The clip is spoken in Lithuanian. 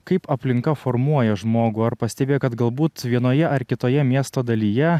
kaip aplinka formuoja žmogų ar pastebėjai kad galbūt vienoje ar kitoje miesto dalyje